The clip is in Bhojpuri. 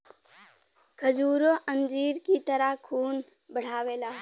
खजूरो अंजीर की तरह खून बढ़ावेला